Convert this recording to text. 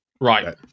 right